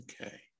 Okay